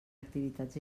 activitats